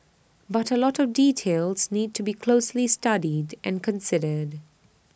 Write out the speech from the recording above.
but A lot of details need to be closely studied and considered